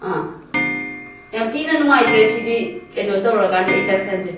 ꯑ ꯌꯥꯝ ꯊꯤꯅ ꯅꯨꯉꯥꯏꯇ꯭ꯔꯦ ꯁꯤꯗꯤ ꯀꯩꯅꯣ ꯇꯧꯔꯀꯥꯟꯗ ꯏꯟꯗꯛꯁꯟꯁꯦ